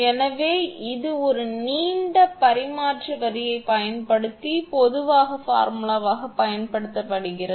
எனவே இது ஒரு நீண்ட பரிமாற்ற வரியைப் பயன்படுத்தி பொதுவான பார்முலாவை பயன்படுத்துகிறது